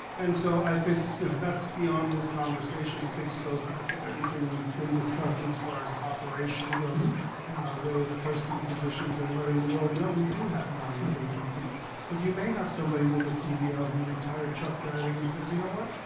and so i think that's beyond this conversation. i think it goes back to everything we've been discussing as far as operation goes and our way of posting positions and letting the world know we do have nine vacancies because you may have somebody with a cdl who retired truck driving and says you know what?